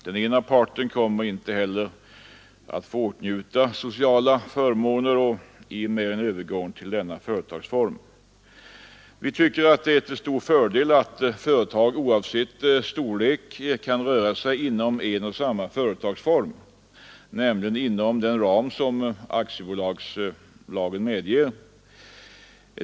Den ena parten kommer inte heller att få åtnjuta sociala förmåner i och med en övergång till denna företagsform. Vi tycker att det är en stor fördel att företag oavsett storlek kan röra sig inom en och samma företagsform, nämligen inom den ram som aktiebolagslagen medger.